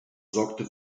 sorgte